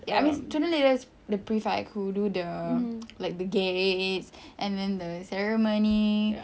I mean student leaders the prefect who do the like the gates and then the ceremony